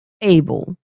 able